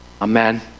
Amen